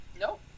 Nope